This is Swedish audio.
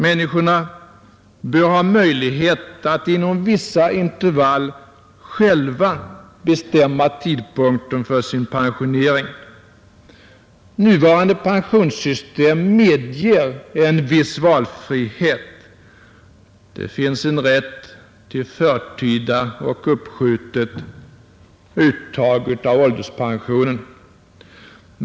Människorna bör ha möjlighet att inom vissa intervaller själva bestämma tidpunkten för sin pensionering. Nuvarande pensionssystem medger en viss valfrihet — det finns en rätt till förtida och uppskjutet uttag av ålderspensionen.